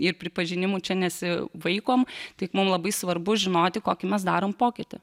ir pripažinimų čia nesivaikom tik mums labai svarbu žinoti kokį mes darome pokytį